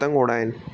पतंग उॾाइनि